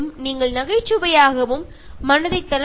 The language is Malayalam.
അതിനാൽ എപ്പോഴും ഓർക്കുക